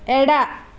ಎಡ